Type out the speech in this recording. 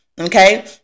Okay